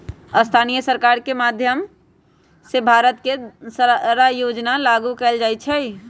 स्थानीय सरकार के माधयम से भारत के सारा योजना लागू कएल जाई छई